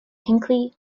hinckley